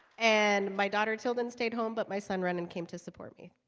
and my daughter tilden stayed home, but my son renan came to support me